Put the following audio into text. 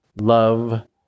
love